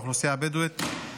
האוכלוסייה הבדואית.